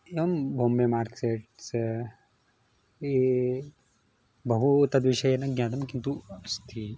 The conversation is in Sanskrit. एवं बोम्बे मार्क्सेट्स् ई बहु तद्विषयेन ज्ञानं किन्तु अस्ति